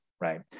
right